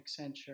Accenture